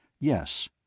Yes